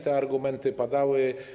Te argumenty padały.